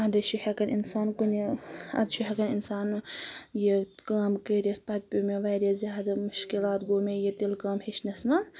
اَدٕ چھِ ہیٚکان اِنسان کُنہِ اَدٕ چھُ ہیٚکان اِنسان یہِ کٲم کٔرِتھ پَتہٕ پیٚو مےٚ واریاہ زیادٕ مُشکِلات گوٚو مےٚ یہِ تِلہٕ کٲم ہیٚچھنَس منٛز